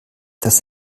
das